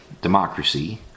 democracy